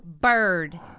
bird